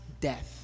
death